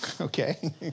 okay